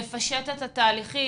לפשט את התהליכים.